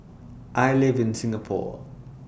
I live in Singapore